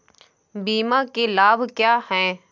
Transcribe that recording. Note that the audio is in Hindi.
बीमा के लाभ क्या हैं?